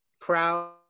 proud